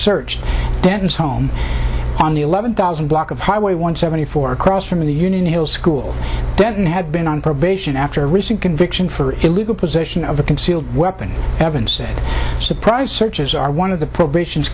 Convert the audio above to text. searched denton's home on the eleven thousand block of highway one seventy four across from the union hill school then had been on probation after a recent conviction for illegal possession of a concealed weapon evidence a surprise searches are one of the prohibitions